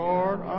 Lord